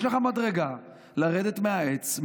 יש לך מדרגה לרדת מהעץ,